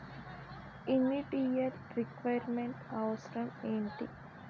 Initial requirement అవసరం ఎంటి?